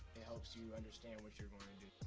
it helps you understand what you're gonna do.